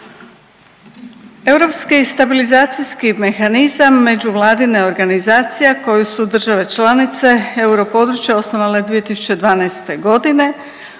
Europski stabilizacijski mehanizam međuvladina je organizacija koju su države članice europodručja osnovale 2012.g.,